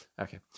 Okay